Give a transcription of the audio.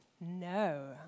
no